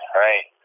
right